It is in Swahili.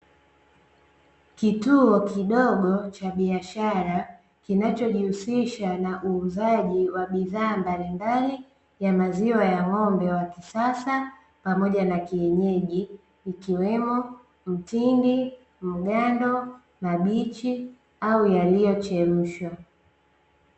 Kituo kidogo cha biashara kinachojihusisha na uuzaji wa bidhaa mbalimbali ya maziwa ya ng'ombe wa kisasa, pamoja na kienyeji ikiwemo mtindi, mgando, mabichi au yaliyochemshwa.